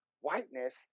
whiteness